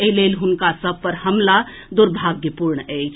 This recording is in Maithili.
एहि लेल हुनका सभ पर हमला दुर्भाग्यपूर्ण अछि